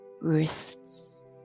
wrists